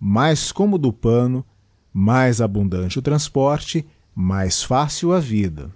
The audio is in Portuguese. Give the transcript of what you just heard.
mais commodo o panno mais abundante o transporte mais fácil a vida